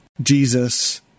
Jesus